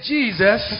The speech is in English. Jesus